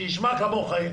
שישמע כמוך,